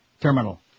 Terminal